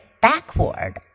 backward